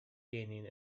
gaining